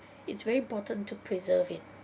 it's very important to preserve it